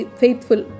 faithful